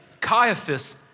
Caiaphas